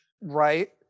Right